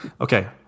Okay